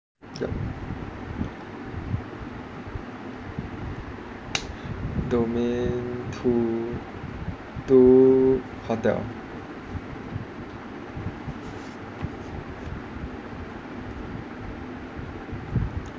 yup domain two two hotel